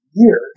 year